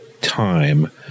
time